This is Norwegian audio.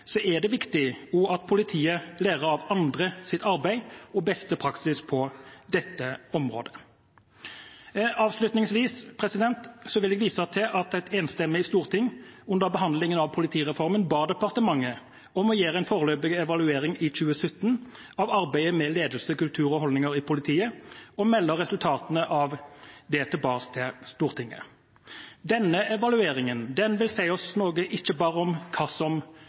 er det også viktig at politiet lærer av andres arbeid og beste praksis på dette området. Avslutningsvis vil jeg vise til at et enstemmig storting under behandlingen av politireformen ba departementet om å gjøre en foreløpig evaluering i 2017 av arbeidet med ledelse, kultur og holdninger i politiet og melde resultatene av det tilbake til Stortinget. Denne evalueringen vil si oss noe om ikke bare hva som